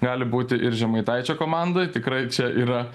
gali būti ir žemaitaičio komandoj tikrai čia yra